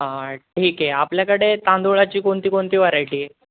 हा ठीक आहे आपल्याकडे तांदूळाची कोणती कोणती व्हरायटी